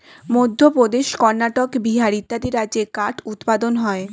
মধ্যপ্রদেশ, কর্ণাটক, বিহার ইত্যাদি রাজ্যে কাঠ উৎপাদন হয়